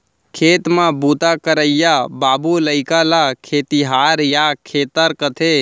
खेत म बूता करइया बाबू लइका ल खेतिहार या खेतर कथें